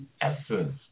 essence